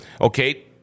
Okay